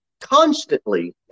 constantly